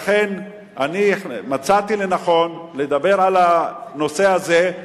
לכן אני מצאתי לנכון לדבר על הנושא הזה,